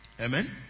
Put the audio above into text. Amen